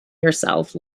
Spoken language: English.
yourself